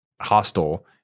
hostile